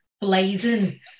blazing